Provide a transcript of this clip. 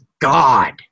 God